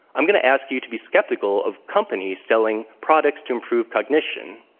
i'm going to ask you to be skeptical of companies selling products to improve cognition.